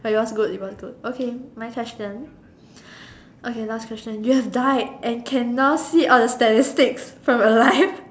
but it was good it was good okay my question okay last question you have died and can now see all the statistics from your life